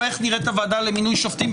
הוא איך נראית הוועדה למינוי שופטים.